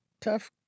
tough